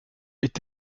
est